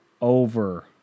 over